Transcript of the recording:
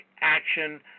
action